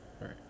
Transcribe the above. right